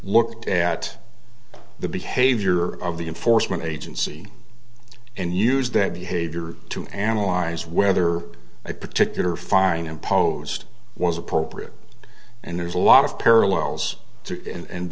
looked at the behavior of the enforcement agency and used that behavior to analyze whether a particular fine imposed was appropriate and there's a lot of parallels